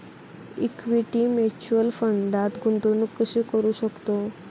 Equity mutual फंडात गुंतवणूक कशी करू शकतो?